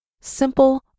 Simple